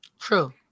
True